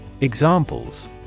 Examples